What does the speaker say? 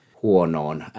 huonoon